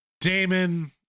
Damon